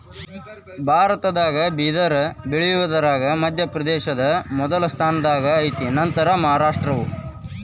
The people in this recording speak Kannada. ಭಾರತದಾಗ ಬಿದರ ಬಳಿಯುದರಾಗ ಮಧ್ಯಪ್ರದೇಶ ಮೊದಲ ಸ್ಥಾನದಾಗ ಐತಿ ನಂತರಾ ಮಹಾರಾಷ್ಟ್ರ